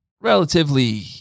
relatively